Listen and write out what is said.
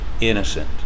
innocent